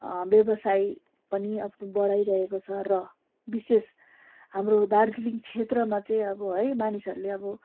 व्यवसाय पनि आफ्नो बढाइरहेको छ र विशेष हाम्रो दार्जिलिङ क्षेत्रमा चाहिँ अब है मानिसहरूले अब